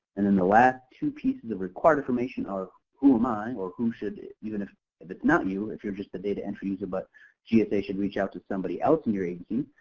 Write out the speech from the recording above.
and then the last two pieces of required information are who am i, or who should, even if if it's not you, or if you're just the data entry user, but gsa should reach out to somebody else in your agency,